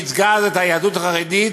שייצגה אז את היהדות החרדית,